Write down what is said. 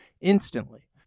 instantly